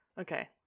Okay